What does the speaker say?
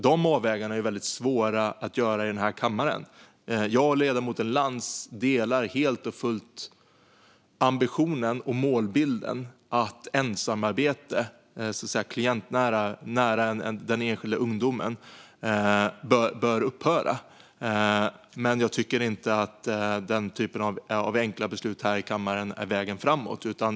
De är väldigt svåra att göra i den här kammaren. Jag och ledamoten Lantz delar helt och fullt ambitionen och målbilden. Ensamarbete nära den enskilda ungdomen bör upphöra. Men jag tycker inte att denna typ av enkla beslut här i kammaren är vägen framåt.